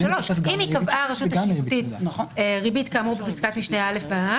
ב-3: "קבעה הרשות השיפוטית ריבית כאמור בפסקת משנה (א)(2)(ב),